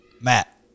Matt